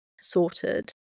sorted